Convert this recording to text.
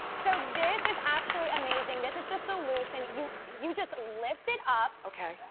so this is actually amazing, this is the solution, you you just lift it up, okay,